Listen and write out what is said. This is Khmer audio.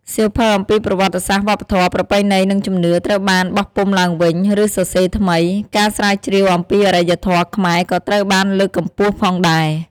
សៀវភៅអំពីប្រវត្តិសាស្ត្រ វប្បធម៌ ប្រពៃណី និងជំនឿ ត្រូវបានបោះពុម្ពឡើងវិញ ឬសរសេរថ្មី ការស្រាវជ្រាវអំពីអរិយធម៌ខ្មែរក៏ត្រូវបានលើកកម្ពស់ផងដែរ។